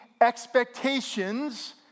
expectations